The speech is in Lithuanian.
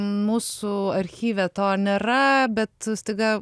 mūsų archyve to nėra bet staiga